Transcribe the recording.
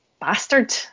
Bastard